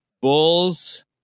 Bulls